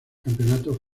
campeonato